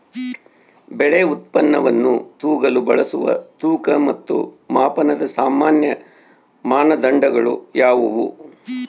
ಬೆಳೆ ಉತ್ಪನ್ನವನ್ನು ತೂಗಲು ಬಳಸುವ ತೂಕ ಮತ್ತು ಮಾಪನದ ಸಾಮಾನ್ಯ ಮಾನದಂಡಗಳು ಯಾವುವು?